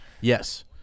Yes